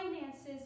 finances